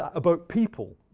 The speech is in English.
about people.